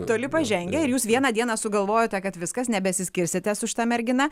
toli pažengę ir jūs vieną dieną sugalvojote kad viskas nebesiskirsite su šita mergina